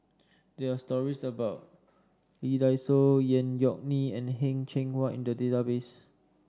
there are stories about Lee Dai Soh Tan Yeok Nee and Heng Cheng Hwa in the database